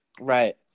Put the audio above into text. Right